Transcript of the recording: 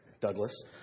Douglas